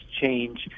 change